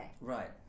Right